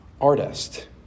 artist